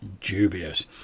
dubious